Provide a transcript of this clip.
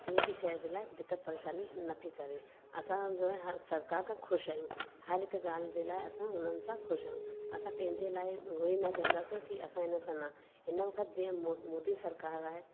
कंहिं बि शइ जे लाइ दिक़त परेशानी नथी करे असांजो आहे सरकारि खां ख़ुशि आहियूं हर हिकु ॻाल्हि जे लाइ असां उन्हनि सां ख़ुशि आहियूं असां कंहिंजे लाइ उहो ई न चवंदासीं कि असां हिन सां न हिन वक़्ति जीअं मोदी सरकारि आहे